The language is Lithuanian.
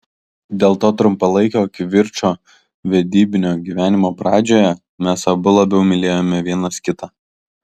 dėl to trumpalaikio kivirčo vedybinio gyvenimo pradžioje mes abu labiau mylėjome vienas kitą